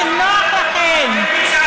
רק כשזה נוח לכם.